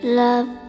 love